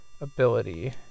Ability